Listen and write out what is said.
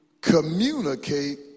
communicate